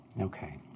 Okay